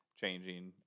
changing